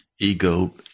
ego